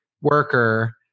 worker